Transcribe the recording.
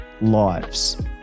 lives